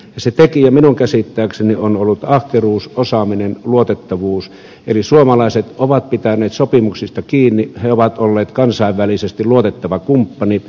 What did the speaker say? se tekijä minun käsittääkseni on ollut ahkeruus osaaminen luotettavuus eli suomalaiset ovat pitäneet sopimuksista kiinni he ovat olleet kansainvälisesti luotettava kumppani